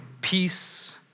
peace